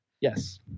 Yes